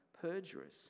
perjurers